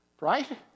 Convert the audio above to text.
right